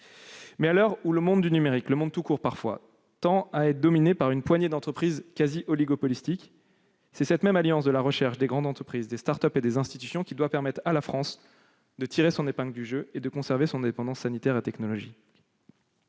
À l'heure où le monde du numérique et, parfois, le monde tout court, tend à être dominé par une poignée d'entreprises quasi oligopolistiques, c'est cette même alliance de la recherche, des grandes entreprises, des start-up et des institutions qui doit permettre à la France de tirer son épingle du jeu et de conserver son indépendance sanitaire et technologique.